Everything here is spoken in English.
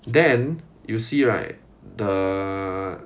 then you see right the